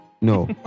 No